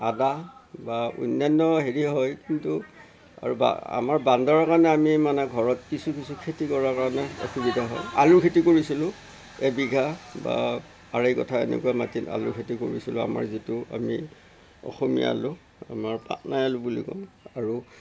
আদা বা অন্যান্য হেৰি হয় কিন্তু আৰু আমাৰ বান্দৰৰ কাৰণে আমি মানে ঘৰত কিছু কিছু খেতি কৰাৰ কাৰণে অসুবিধা হয় আলুৰ খেতি কৰিছিলোঁ এবিঘা বা আৰেই কঠা মাটিত আলুৰ খেতি কৰিছিলোঁ আমাৰ যিটো আমি অসমীয়া আলু আমাৰ পাটনা আলু বুলি কওঁ